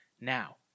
Now